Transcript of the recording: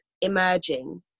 emerging